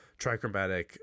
trichromatic